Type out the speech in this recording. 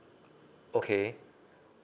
okay